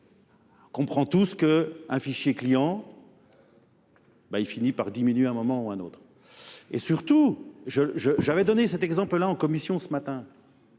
On comprend tous qu'un fichier client finit par diminuer un moment ou un autre. Et surtout, j'avais donné cet exemple-là en commission ce matin.